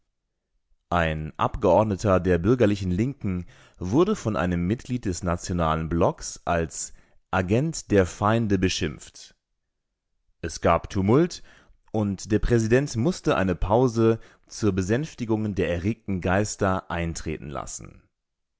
ein abgeordneter der bürgerlichen linken wurde von einem mitglied des nationalen blocks als agent der feinde beschimpft es gab tumult und der präsident mußte eine pause zur besänftigung der erregten geister eintreten lassen